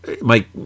Mike